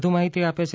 વધુ માહિતી આપે છે